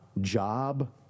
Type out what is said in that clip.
job